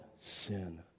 sin